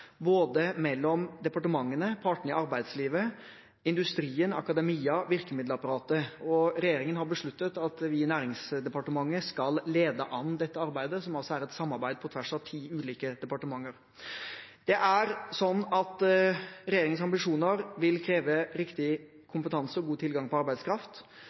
både mellom departementene, partene i arbeidslivet, industrien, akademia – virkemiddelapparatet – og regjeringen har besluttet at vi i Næringsdepartementet skal lede an i dette arbeidet, som altså er et samarbeid på tvers av ti ulike departementer. Regjeringens ambisjoner vil kreve riktig kompetanse og god tilgang på arbeidskraft,